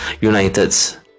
United's